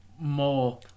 more